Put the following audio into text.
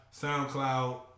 SoundCloud